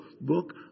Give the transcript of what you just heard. book